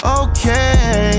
okay